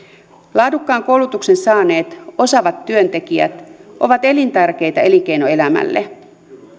laadukkaan koulutuksen saaneet osaavat työntekijät ovat elintärkeitä elinkeinoelämälle